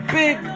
big